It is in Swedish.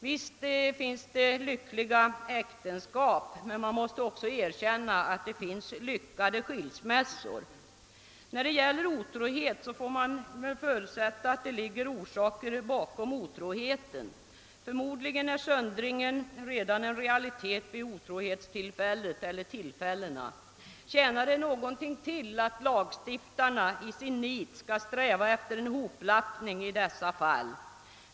Visst finns det lyckliga äktenskap, men man måste också erkänna att det finns lyckade skilsmässor. När det gäller otrohet får man väl förutsätta att det finns orsaker till den; förmodligen är söndringen redan en realitet vid otrohetstillfället eller tillfällena. Tjänar det någonting till att lagstiftarna i sitt nit strävar efter en hoplappning i dessa fall?